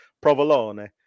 provolone